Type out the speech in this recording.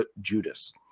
Judas